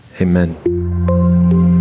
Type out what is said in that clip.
amen